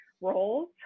roles